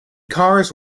cars